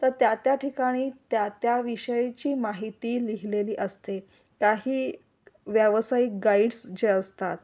तर त्या त्या ठिकाणी त्या त्या विषयीची माहिती लिहिलेली असते काही व्यावसायिक गाईड्स जे असतात